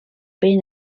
been